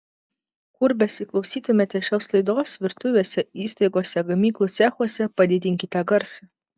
kur besiklausytumėte šios laidos virtuvėse įstaigose gamyklų cechuose padidinkite garsą